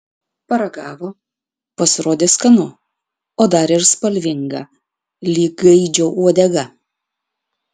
paragavo pasirodė skanu o dar ir spalvinga lyg gaidžio uodega